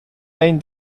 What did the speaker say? ein